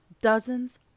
Dozens